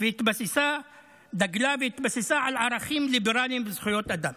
והתבססה על ערכים ליברליים וזכויות אדם.